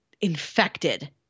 infected